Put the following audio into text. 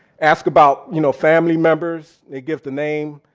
asked about you know family members. it gives the name,